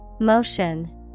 Motion